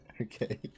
Okay